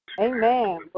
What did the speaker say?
Amen